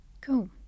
cool